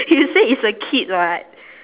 you said it's a kid [what]